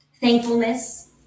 thankfulness